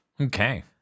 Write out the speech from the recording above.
Okay